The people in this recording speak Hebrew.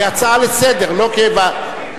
כהצעה לסדר-היום.